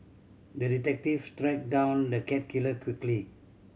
the detective tracked down the cat killer quickly